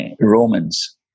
Romans